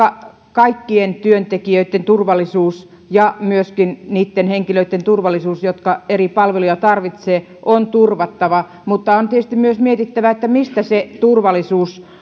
kaikkien työntekijöitten turvallisuus ja myöskin niitten henkilöitten turvallisuus jotka eri palveluja tarvitsevat on turvattava mutta on tietysti myös mietittävä mistä se turvallisuus